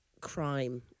crime